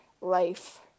life